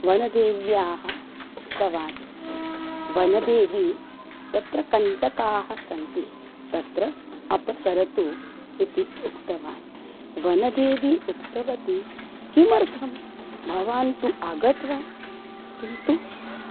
वनदेव्याः उक्तवान् वनदेवि यत्र कण्टकाः सन्ति तत्र अपसरतु इति उक्तवान् वनदेवी उक्तवती किमर्थं भवान् तु आगतवान् किन्तु